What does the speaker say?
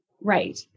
Right